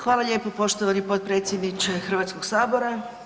Hvala lijepo poštovani potpredsjedniče Hrvatskog sabora.